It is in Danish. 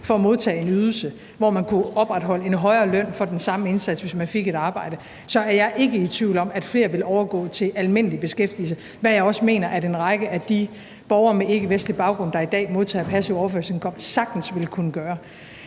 for at modtage en ydelse, hvor man kunne opretholde en højere løn for den samme indsats, hvis man fik et arbejde, så er jeg ikke i tvivl om, at flere ville overgå til almindelig beskæftigelse, hvad jeg også mener at en række af de borgere med ikkevestlig baggrund, der i dag modtager en passiv overførselsindkomst, sagtens ville kunne gøre.